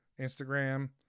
Instagram